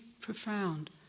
profound